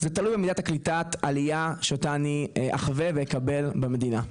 זה תלוי במידת קליטת העלייה שאותה אני אחווה ואקבל במדינה.